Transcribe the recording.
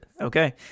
Okay